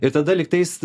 ir tada lygtais